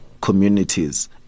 communities